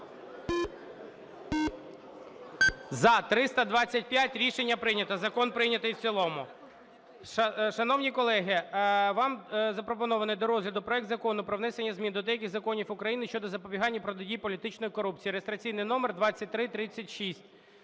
За-325 Рішення прийнято. Закон прийнятий в цілому. Шановні колеги, вам запропонований до розгляду проект Закону про внесення змін до деяких законів України щодо запобігання і протидії політичній корупції (реєстраційний номер 2336).